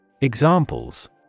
Examples